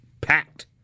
Packed